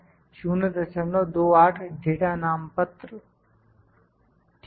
028 data नाम पत्र ठीक है